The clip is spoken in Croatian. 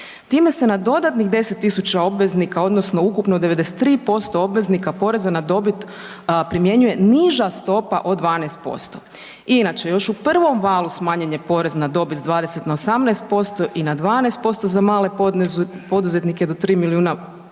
Time se na dodatnih 10 000 obveznika odnosno ukupno 93% obveznika poreza na dobit primjenjuje niža stopa od 12%. Inače, još u prvom valu smanjen je porez na dobit sa 20 na 18% i na 12% za male poduzetnike do 3 milijuna